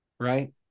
right